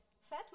fat